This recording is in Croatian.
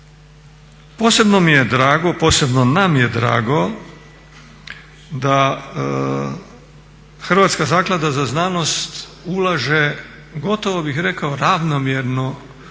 posebno nam je drago da Hrvatska zaklada za znanost ulaže, gotovo bih rekao ravnomjerno,